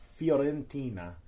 Fiorentina